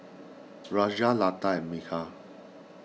Razia Lata and Milkha